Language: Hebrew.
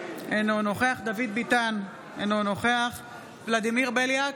אינו נוכח דוד ביטן, אינו נוכח ולדימיר בליאק,